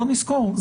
בואו נזכור,